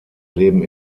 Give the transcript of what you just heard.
leben